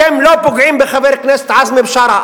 אתם לא פוגעים בחבר כנסת עזמי בשארה,